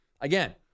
again